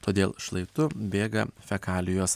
todėl šlaitu bėga fekalijos